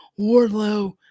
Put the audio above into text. Wardlow